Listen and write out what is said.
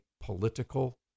political